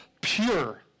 pure